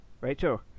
Rachel